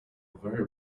very